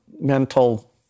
Mental